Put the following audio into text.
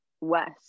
west